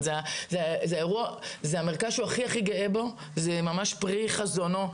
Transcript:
זה המרכז שהוא הכי גאה בו, זה ממש פרי חזונו.